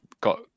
got